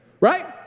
right